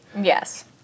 Yes